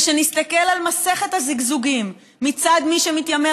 ושנסתכל על מסכת הזיגזוגים מצד מי שמתיימר